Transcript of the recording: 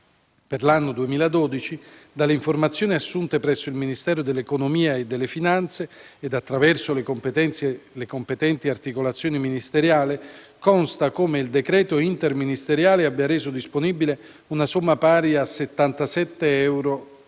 per l'anno 2012, dalle informazioni assunte presso il Ministero dell'economia e delle finanze e attraverso le competenti articolazioni ministeriali, consta come il decreto interministeriale abbia reso disponibile una somma pari a circa